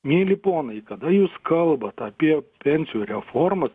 mieli ponai kada jūs kalbat apie pensijų reformas